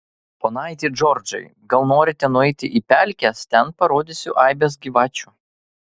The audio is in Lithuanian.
ponaiti džordžai gal norite nueiti į pelkes ten parodysiu aibes gyvačių